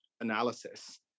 analysis